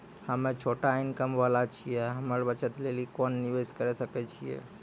हम्मय छोटा इनकम वाला छियै, हम्मय बचत लेली कोंन निवेश करें सकय छियै?